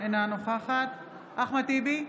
אינה נוכחת אחמד טיבי,